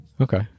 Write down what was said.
Okay